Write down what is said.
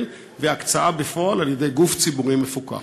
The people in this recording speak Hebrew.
והקצאה בפועל על-ידי גוף ציבורי מפוקח?